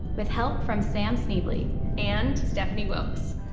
with help from sam schneble and stephanie wilkes.